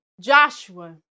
Joshua